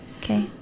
Okay